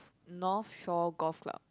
North Shore Golf Club